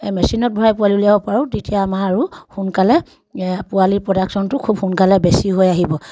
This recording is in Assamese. মেচিনত ভৰাই পোৱালি উলিয়াব পাৰোঁ তেতিয়া আমাৰ আৰু সোনকালে পোৱালিৰ প্ৰডাকশ্যনটো খুব সোনকালে বেছি হৈ আহিব